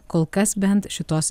kol kas bent šitos